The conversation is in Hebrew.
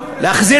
וחלילה.